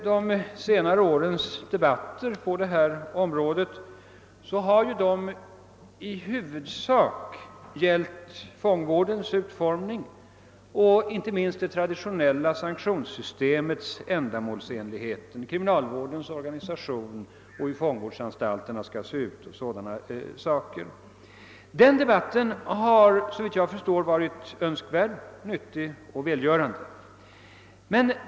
De senare årens debatt på detta område har i huvudsak gällt fångvårdens utformning, inte minst det traditionella sanktionssystemets ändamålsenlighet, kriminalvårdens organisation, hur fångvårdsanstalterna skall se ut och liknande frågor. Såvitt jag förstår har debatten varit önskvärd, nyttig och välgörande.